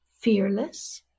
fearless